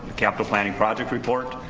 capital planning project report.